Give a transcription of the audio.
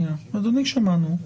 אדוני, שמענו.